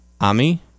Ami